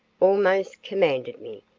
almost commanded me,